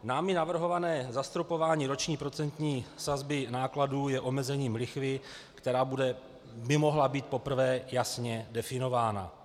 Námi navrhované zastropování roční procentní sazby nákladů je omezením lichvy, která by mohla být poprvé jasně definována.